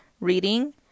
reading